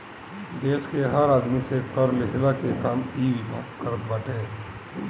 देस के हर आदमी से कर लेहला के काम इ विभाग करत बाटे